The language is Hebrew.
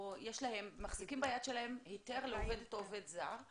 או מחזיקים ביד שלהם היתר לעובדת או עובד זר,